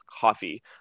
coffee